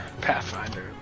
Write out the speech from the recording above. pathfinder